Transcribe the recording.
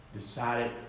decided